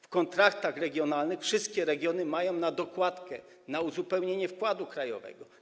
W kontraktach regionalnych wszystkie regiony mają na dokładkę, na uzupełnienie wkładu krajowego.